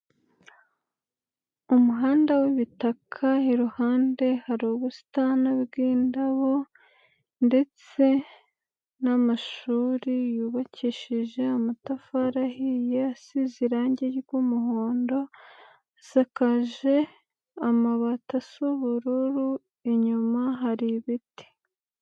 Umuhanda w'ibitaka iruhande hari ubusitani bw'indabo ndetse n'amashuri yubakishije amatafari ahiye asize irange ry'umuhondo, asakaje amabati asa ubururu, inyuma hari ibiti.